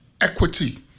equity